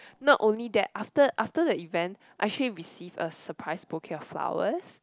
not only that after after the event I actually receive a surprise bouquet of flowers